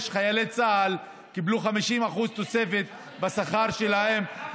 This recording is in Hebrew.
חיילי צה"ל קיבלו 50% תוספת בשכר שלהם,